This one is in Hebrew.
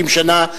50 שנה,